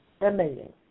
Amazing